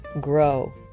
grow